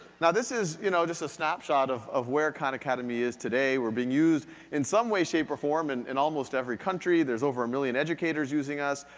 now, this is you know just a snapshot of of where khan academy is today. we're being used in some way, shape or form and in almost every country. there's over a million educators using us,